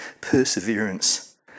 perseverance